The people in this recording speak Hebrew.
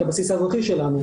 את הבסיס האזרחי שלנו?